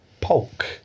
Polk